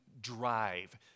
drive